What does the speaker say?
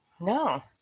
No